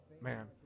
Man